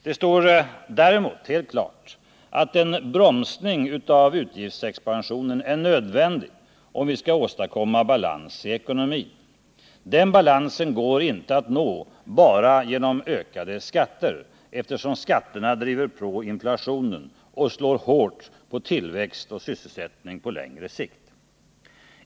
Det står däremot helt klart att en bromsning av utgiftsexpansionen är nödvändig om vi skall åstadkomma balans i ekonomin — den balansen går inte att nå bara genom ökade skatter, eftersom skatterna driver på inflationen och slår hårt på tillväxt och sysselsättning på längre sikt.